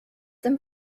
them